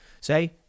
say